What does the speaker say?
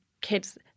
kids